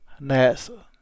NASA